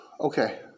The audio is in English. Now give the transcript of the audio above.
okay